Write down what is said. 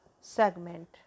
segment